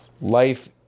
Life